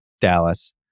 Dallas